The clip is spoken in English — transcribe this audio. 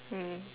mm